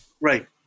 right